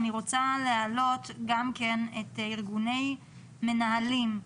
אני רוצה להעלות ארגוני מנהלים.